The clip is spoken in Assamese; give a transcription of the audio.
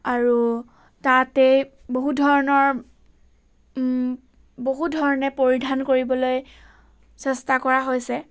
আৰু তাতেই বহু ধৰণৰ বহু ধৰণে পৰিধান কৰিবলৈ চেষ্টা কৰা হৈছে